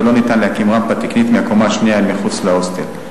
כי לא ניתן להקים רמפה תקנית מהקומה השנייה אל מחוץ להוסטל.